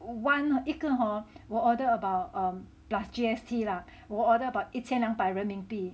one 一个 hor 我 order about um plus G_S_T lah 我 order about 一千两百人民币